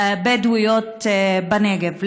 בדואיות בנגב.